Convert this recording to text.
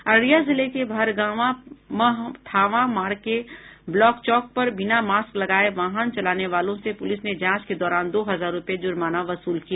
अररिया जिले के भरगावां महथावा मार्ग के ब्लॉक चौक पर बिना मास्क लगाये वाहन चलाने वालों से पुलिस ने जांच के दौरान दो हजार रूपये जुर्माना वसूल किया